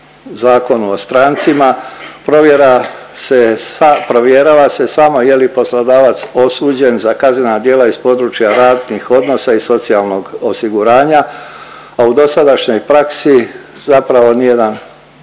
Zakonu o strancima, provjera se, provjerava se samo je li poslodavac osuđen za kaznena djela iz područja radnih odnosa i socijalnog osiguranja, a u dosadašnjoj praksi zapravo nijedan